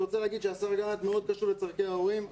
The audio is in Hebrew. אני רוצה להגיד שהשר גלנט מאוד קשוב לצרכי ההורים.